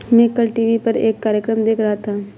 मैं कल टीवी पर एक कार्यक्रम देख रहा था